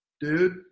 dude